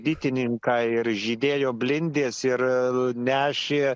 bitininkai ir žydėjo blindės ir nešė